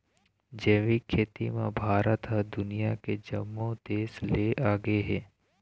जैविक खेती म भारत ह दुनिया के जम्मो देस ले आगे हे